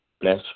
Bless